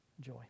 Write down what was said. joy